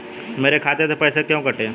मेरे खाते से पैसे क्यों कटे?